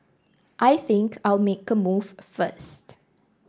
I think I'll make a move first